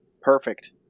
Perfect